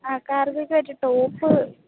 ആ കാർഗോയ്ക്ക് പറ്റിയ ടോപ്പ്